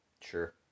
Sure